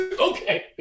Okay